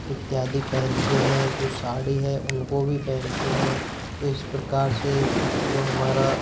इत्यादि पहनते हैं जो साड़ी हैं उनको भी पहनते हैं तो इस प्रकार से जो हमारा